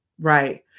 right